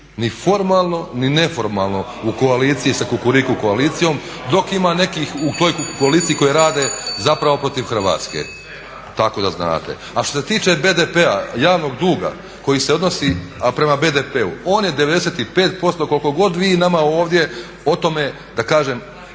ni formalno ni neformalno u koaliciji sa kukuriku koalicijom dok ima nekih u toj kukuriku koaliciji koji rade zapravo protiv Hrvatske. Tako da znate. A šta se tiče BDP-a, javnog duga koji se odnosi a prema BDP-u on je 95% koliko god vi nama ovdje o tome da kažem,